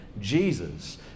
Jesus